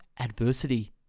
adversity